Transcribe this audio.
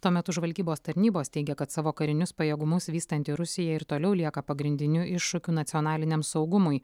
tuo metu žvalgybos tarnybos teigia kad savo karinius pajėgumus vystanti rusija ir toliau lieka pagrindiniu iššūkiu nacionaliniam saugumui